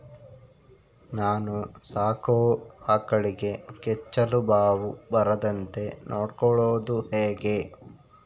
ನಾನು ಸಾಕೋ ಆಕಳಿಗೆ ಕೆಚ್ಚಲುಬಾವು ಬರದಂತೆ ನೊಡ್ಕೊಳೋದು ಹೇಗೆ?